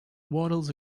waddles